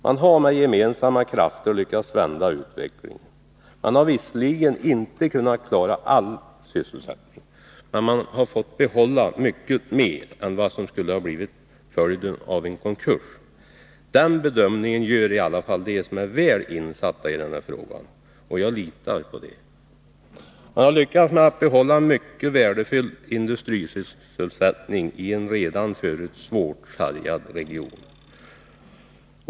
Man har med gemensamma krafter lyckats vända utvecklingen. Man har visserligen inte kunnat klara all sysselsättning, men man har fått behålla mycket mer än vad som skulle ha blivit följden av en konkurs. Den bedömningen gör i alla fall de som är väl insatta i denna fråga, och jag litar på det. Man har lyckats behålla mycket värdefull industrisysselsättning i en redan förut svårt sargad region.